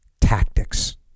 tactics